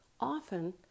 Often